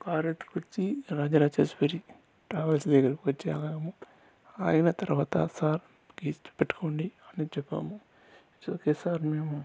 car ఎత్తుకొచ్చి Rajarajeshwari travels దగ్గరికి వచ్చి ఆగాము ఆగిన తర్వాత సార్ కీస్ పెట్టుకోండి అని చెప్పాము సో ఓకే సార్ మేము